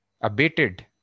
abated